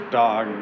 dog